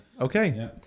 Okay